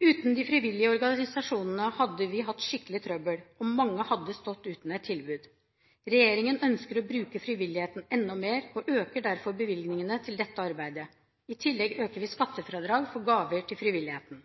Uten de frivillige organisasjonene hadde vi hatt skikkelig trøbbel, og mange hadde stått uten et tilbud. Regjeringen ønsker å bruke frivilligheten enda mer og øker derfor bevilgningene til dette arbeidet. I tillegg øker vi skattefradraget for gaver til frivilligheten.